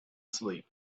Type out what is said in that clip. sleep